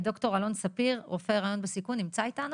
ד"ר אלון ספיר רופא היריון בסיכון נמצא איתנו?